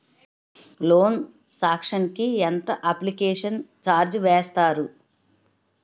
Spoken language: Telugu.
లోన్ సాంక్షన్ కి ఎంత అప్లికేషన్ ఛార్జ్ వేస్తారు?